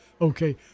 Okay